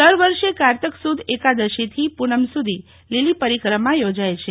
દર વર્ષે કારતક સુદ એકાદશીથી પૂનમ સુધી લીલી પરિક્રમા યોજાય છે